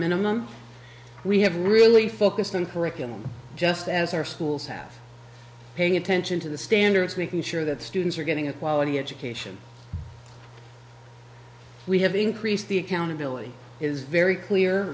minimum we haven't really focused on curriculum just as our schools have paid attention to the standards making sure that students are getting a quality education we have increased the accountability is very clear